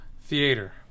Theater